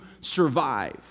survive